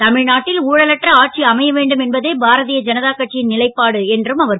தமி நாட்டில் ஊழலற்ற ஆட்சி அமைய வேண்டும் என்பதே பாரதிய ஜனதா கட்சி ன் லைபாடு என்றார் அவர்